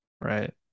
right